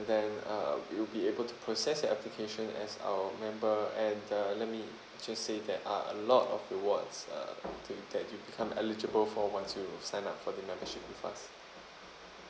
then um we will be able to process your application as our member and uh let me just say there are a lot of rewards ah to that you become eligible for once you sign up for the membership with us